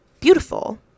Beautiful